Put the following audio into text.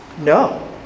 No